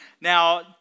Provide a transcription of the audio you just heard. Now